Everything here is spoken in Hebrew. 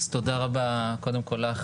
תודה רבה לך,